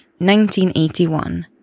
1981